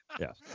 Yes